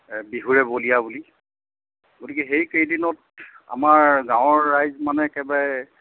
বিহুৰে বলিয়া বুলি গতিকে সেইকেইদিনত আমাৰ গাঁৱৰ ৰাইজ মানে একেবাৰে